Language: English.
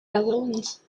netherlands